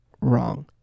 wrong